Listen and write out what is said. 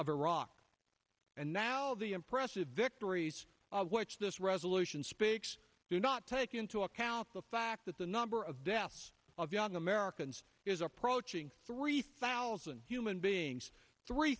of iraq and now the impressive victories which this resolution speaks do not take into account the fact that the number of deaths of young americans is approaching three thousand human beings three